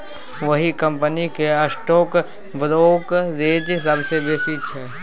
ओहि कंपनीक stock brokerage सबसँ बेसी छै